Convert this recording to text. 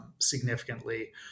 significantly